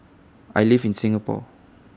I live in Singapore